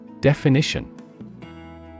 Definition